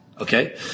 Okay